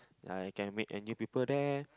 I can make and give people there